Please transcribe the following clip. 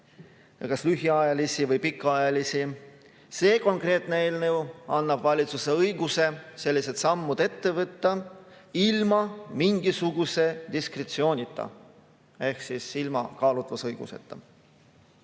kas lühiajalisi või pikaajalisi. See konkreetne eelnõu annab valitsusele õiguse sellised sammud ette võtta ilma mingisuguse diskretsioonita ehk ilma kaalutlusõiguseta.